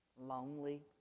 lonely